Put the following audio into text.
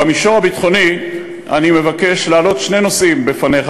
במישור הביטחוני אני מבקש להעלות שני נושאים בפניך,